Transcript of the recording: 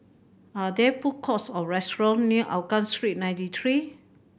are there food courts or restaurant near Hougang Street Ninety Three